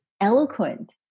eloquent